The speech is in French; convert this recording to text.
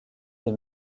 des